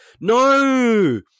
no